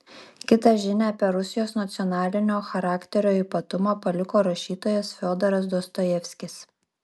kitą žinią apie rusijos nacionalinio charakterio ypatumą paliko rašytojas fiodoras dostojevskis